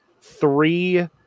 three